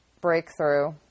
Breakthrough